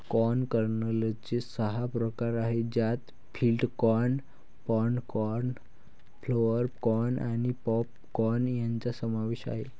corn कर्नलचे सहा प्रकार आहेत ज्यात flint corn, pod corn, flour corn आणि पॉप कॉर्न यांचा समावेश आहे